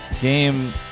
game